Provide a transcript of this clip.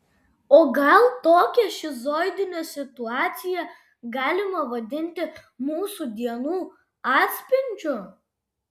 o gal tokią šizoidinę situaciją galima vadinti mūsų dienų atspindžiu